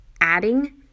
adding